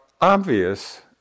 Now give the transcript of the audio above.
obvious